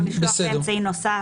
או לפתוח אמצעי נוסף.